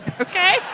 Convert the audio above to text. okay